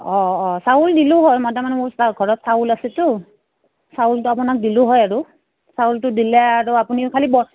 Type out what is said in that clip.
অঁ অঁ চাউল দিলোঁ হয় মই তাৰমানে মোৰ ঘৰত চাউল আছেতো চাউলটো আপোনাক দিলোঁ হয় আৰু চাউলটো দিলে আৰু আপুনি খালী